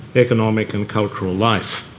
economic and cultural life.